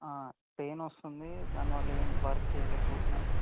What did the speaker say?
pain వస్తుంది దానివల్ల ఏమి వర్క్ చేయలేకపోతున్నాను